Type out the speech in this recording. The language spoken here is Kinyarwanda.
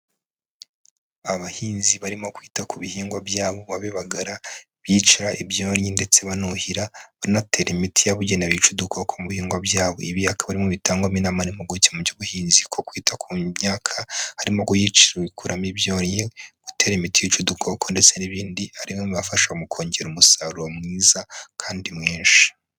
Abahinzi barimo kwita ku bihingwa byabo wabibagara bicira ibyonnyi ndetse buhira anatera imiti yabugenewe bica uduko mu bihingwa byawo, ibi akaba ari bimwe mu bitangwamo inama n'impuguke mu by'ubuhinzi ko kwita ku myaka harimo gukuramo ibyonnyi gutera imiti yica udukoko ndetse n'ibindi ari bimwe mubibafasha mu kongera umusaruro mwiza kandi mwinshi.